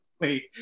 Wait